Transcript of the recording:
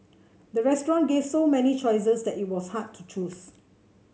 the restaurant gave so many choices that it was hard to choose